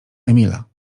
emila